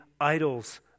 idols